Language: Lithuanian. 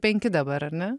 penki dabar ar ne